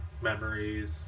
memories